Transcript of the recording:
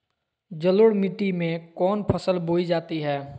जलोढ़ मिट्टी में कौन फसल बोई जाती हैं?